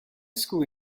school